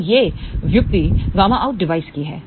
तो यह व्युत्पत्ति ƬOUT डिवाइस की है